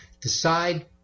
decide